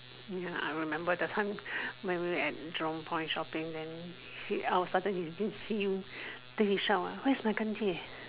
ya I remember that time when we at Jurong point shopping then I was started to see you then he shout ah where's my 干爹